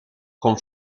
con